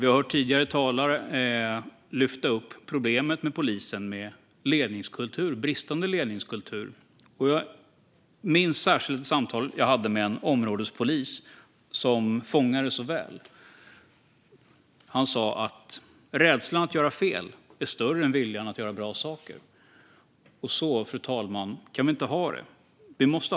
Vi har hört tidigare talare lyfta upp problemen med en bristande ledningskultur hos polisen. Jag minns särskilt ett samtal jag hade med en områdespolis som fångade det så väl. Han sa att rädslan att göra fel är större än viljan att göra bra saker. Så kan vi inte ha det, fru talman.